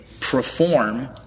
perform